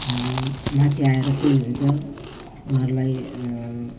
माथि आएर त्यही हुन्छ उनीहरूलाई